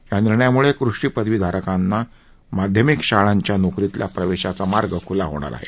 या निर्णयामुळे कृषी पदवीधारकांचा माध्यमिक शाळांच्या नोकरीतल्या प्रवेशाचा मार्ग मोकळा होणार आहे